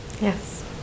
yes